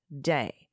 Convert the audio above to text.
day